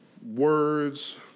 Words